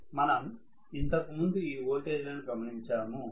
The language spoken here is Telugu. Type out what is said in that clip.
మనం ఇంతకు ముందు ఈ ఓల్టేజ్ లను గమనించాము